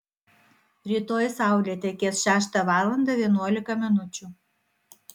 rytoj saulė tekės šeštą valandą vienuolika minučių